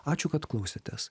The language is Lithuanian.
ačiū kad klausėtės